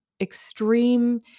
extreme